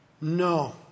No